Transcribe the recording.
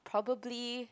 probably